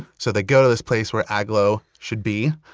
so they go to this place where agloe should be.